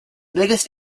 biggest